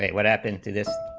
would happen to this,